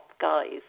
guys